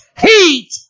heat